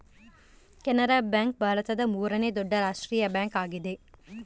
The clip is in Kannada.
ಕೆನರಾ ಬ್ಯಾಂಕ್ ಭಾರತದ ಮೂರನೇ ದೊಡ್ಡ ರಾಷ್ಟ್ರೀಯ ಬ್ಯಾಂಕ್ ಆಗಿದೆ